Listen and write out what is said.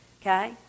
okay